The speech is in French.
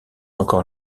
encore